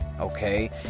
okay